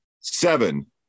Seven